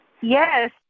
Yes